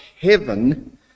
heaven